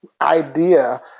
idea